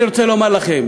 ואני רוצה לומר לכם,